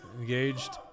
engaged